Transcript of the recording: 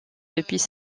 depuis